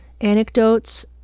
anecdotes